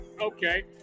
Okay